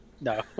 No